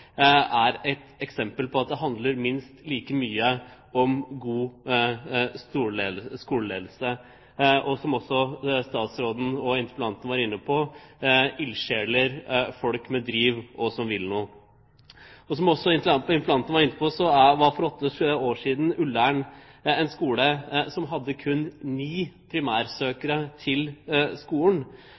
handler minst like mye om god skoleledelse og – som statsråden og interpellanten var inne på – om ildsjeler, folk med driv, som vil noe. Interpellanten var også inne på at for åtte år siden hadde Ullern skole bare ni primærsøkere, og rektor Pål Riis har vært en drivkraft for å få til en stor omstilling ved skolen,